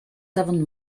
seven